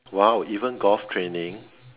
!wow! even golf training